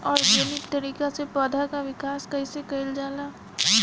Organic तरीका से पौधा क विकास कइसे कईल जाला?